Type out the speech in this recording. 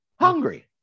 Hungry